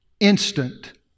Instant